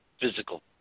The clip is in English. physical